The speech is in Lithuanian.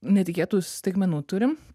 netikėtų staigmenų turim